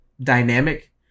dynamic